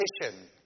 petition